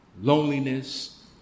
loneliness